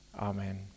Amen